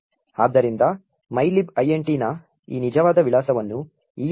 ಆದ್ದರಿಂದ mylib int ನ ಈ ನಿಜವಾದ ವಿಳಾಸವನ್ನು EAX ರಿಜಿಸ್ಟರ್ಗೆ ಸರಿಸಲಾಗಿದೆ